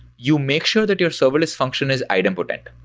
you make sure that your serverless function is item potent.